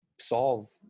solve